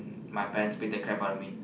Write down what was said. my parents beat the crap out of me